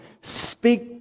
speak